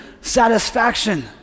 satisfaction